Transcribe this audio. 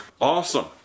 awesome